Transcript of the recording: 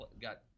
got